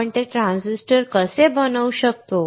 आपण ते ट्रान्झिस्टर कसे बनवू शकतो